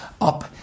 up